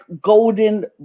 golden